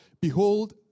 behold